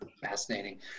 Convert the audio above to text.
Fascinating